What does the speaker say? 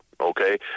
Okay